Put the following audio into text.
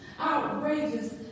Outrageous